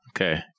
Okay